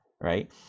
right